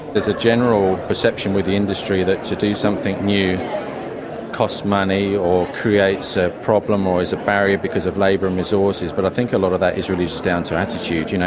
there's a general perception with the industry that to do something new costs money or creates a problem or is a barrier because of labour and resources. but i think a lot of that is really just down to so attitude. you know